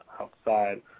outside